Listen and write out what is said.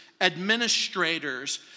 administrators